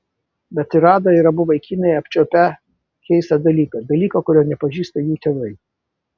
bet ir ada ir abu vaikinai apčiuopę keistą dalyką dalyką kurio nepažįsta jų tėvai